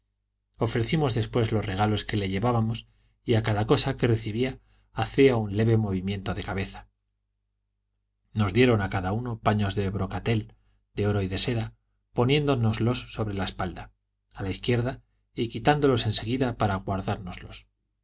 ofrecimos después los regalos que le llevábamos y a cada cosa que recibía hacía un leve movimento de cabeza nos dieron a cada uno paños de brocatel de oro y de seda poniéndonoslos sobre la espalda a la izquierda y quitándolos en seguida para guardárnoslos